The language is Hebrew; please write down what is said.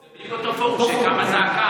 זה בדיוק אותו הפורום שממנו קמה זעקה.